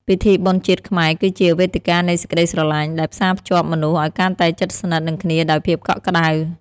ពិធីបុណ្យជាតិខ្មែរគឺជា "វេទិកានៃសេចក្ដីស្រឡាញ់" ដែលផ្សារភ្ជាប់មនុស្សឱ្យកាន់តែជិតស្និទ្ធនឹងគ្នាដោយភាពកក់ក្ដៅ។